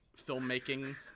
filmmaking